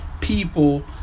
people